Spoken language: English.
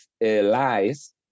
lies